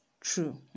true